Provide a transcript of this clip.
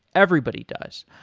everybody does.